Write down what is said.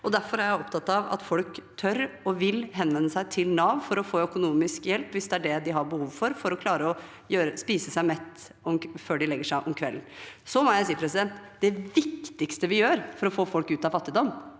Derfor er jeg opptatt av at folk tør og vil henvende seg til Nav for å få økonomisk hjelp, hvis det er det de har behov for, for å klare å spise seg mett før de legger seg om kvelden. Det viktigste vi gjør for å få folk ut av fattigdom,